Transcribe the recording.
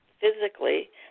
physically